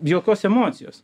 jokios emocijos